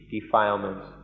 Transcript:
defilements